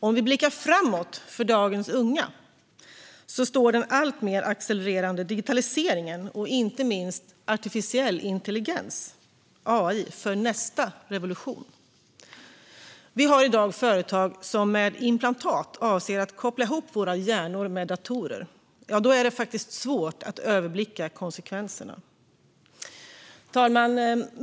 Om vi blickar framåt för dagens unga står den alltmer accelererande digitaliseringen och inte minst artificiell intelligens, AI, för nästa revolution. Vi har i dag företag som med implantat avser att koppla ihop våra hjärnor med datorer. Då är det svårt att överblicka konsekvenserna. Herr talman!